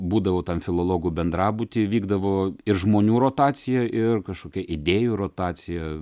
būdavo tam filologų bendrabutyje vykdavo ir žmonių rotacija ir kažkokia idėjų rotacija